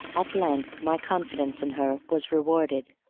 at length, my confidence in her was rewarded.